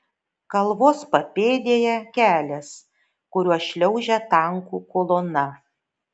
kalvos papėdėje kelias kuriuo šliaužia tankų kolona